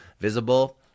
Visible